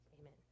Amen